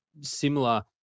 similar